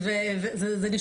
ואני אומרת,